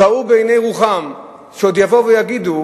ראו בעיני רוחם, שעוד יבואו ויגידו: